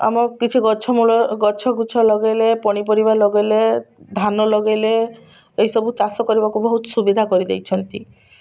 ଆମ କିଛି ଗଛ ମୂଳ ଗଛ ଗୁଛ ଲଗାଇଲେ ପନିପରିବା ଲଗାଇଲେ ଧାନ ଲଗାଇଲେ ଏଇ ସବୁ ଚାଷ କରିବାକୁ ବହୁତ ସୁବିଧା କରିଦେଇଛନ୍ତି